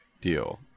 deal